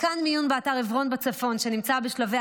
מתקן מיון באתר עברון בצפון נמצא בשלבי